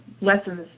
lessons